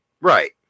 Right